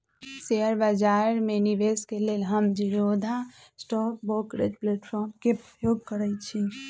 share बजार में निवेश के लेल हम जीरोधा स्टॉक ब्रोकरेज प्लेटफार्म के प्रयोग करइछि